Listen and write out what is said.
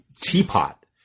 teapot